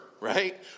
right